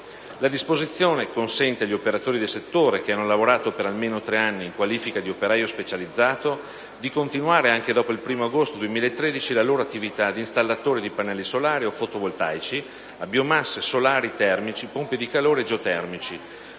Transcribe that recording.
La disposizione consente agli operatori del settore che hanno lavorato per almeno tre anni in qualifica di operaio specializzato di continuare, anche dopo il 1° agosto 2013, la loro attività di installatori di pannelli solari o fotovoltaici, a biomasse, solari termici, pompe di calore e geotermici,